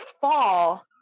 fall